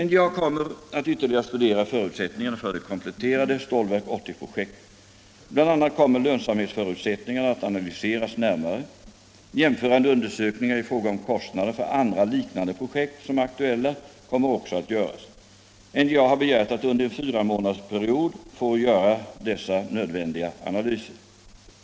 NJA kommer att ytterligare studera förutsättningarna för det kompletterade Stålverk 80-projektet. Bl. a. kommer lönsamhetsförutsättningarna att analyseras närmare. Jämförande undersökningar i fråga om kostnaderna för andra liknande projekt, som är aktuella, kommer också att göras. NJA har begärt att under en fyramånadersperiod få göra dessa nödvändiga analyser.